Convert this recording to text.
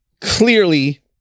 clearly